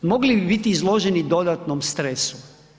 Mogli bi biti izloženi dodatnom stresu.